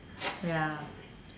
ya